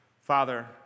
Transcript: Father